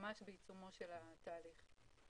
ממש בעיצומו של התהליך.